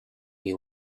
you